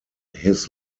his